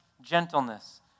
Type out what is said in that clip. gentleness